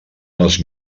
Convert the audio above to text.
les